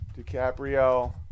DiCaprio